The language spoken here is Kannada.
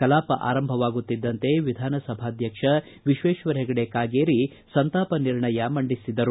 ಕಲಾಪ ಆರಂಭವಾಗುತ್ತಿದ್ದಂತೆ ವಿಧಾನಸಭಾಧ್ಯಕ್ಷ ವಿಶ್ವೇಶ್ವರ ಹೆಗಡೆ ಕಾಗೇರಿ ಸಂತಾಪ ನಿರ್ಣಯವನ್ನು ಮಂಡಿಸಿದರು